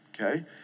okay